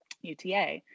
UTA